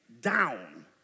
down